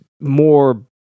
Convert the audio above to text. more